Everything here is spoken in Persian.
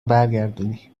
برگردونی